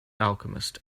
alchemist